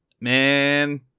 Man